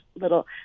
little